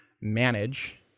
manage